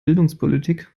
bildungspolitik